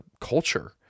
culture